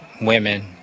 women